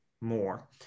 more